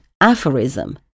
aphorism